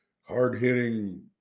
hard-hitting